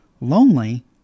lonely